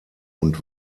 und